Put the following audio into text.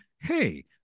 hey